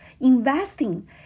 investing